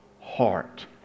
heart